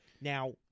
Now